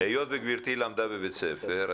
היות וגברתי למדה בבית ספר,